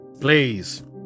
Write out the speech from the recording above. please